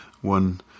One